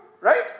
right